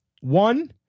one